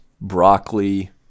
broccoli